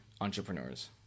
entrepreneurs